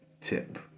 tip